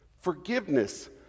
Forgiveness